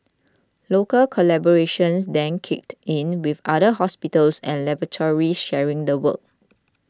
local collaborations then kicked in with other hospitals and laboratories sharing the work